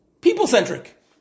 people-centric